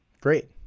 Great